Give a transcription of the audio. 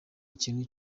ikintu